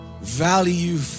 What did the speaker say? Value